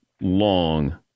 long